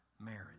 marriage